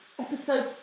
Episode